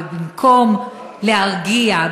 ובמקום להרגיע,